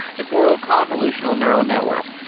temporal convolutional neural network.